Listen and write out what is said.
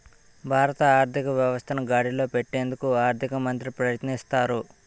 భారత ఆర్థిక వ్యవస్థను గాడిలో పెట్టేందుకు ఆర్థిక మంత్రి ప్రయత్నిస్తారు